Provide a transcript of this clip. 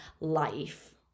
life